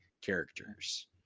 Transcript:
characters